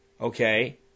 okay